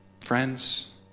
Friends